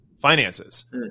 Finances